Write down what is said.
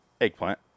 eggplant